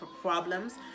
problems